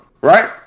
right